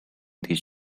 these